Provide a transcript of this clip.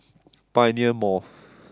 Pioneer Mall